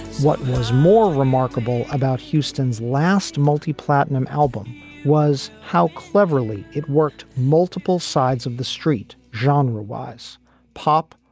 what was more remarkable about houston's last multi-platinum album was how cleverly it worked multiple sides of the street, genre wise pop,